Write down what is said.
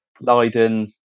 Leiden